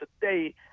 today